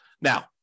Now